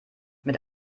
mit